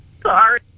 Sorry